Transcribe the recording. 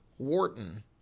Wharton